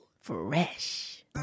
Fresh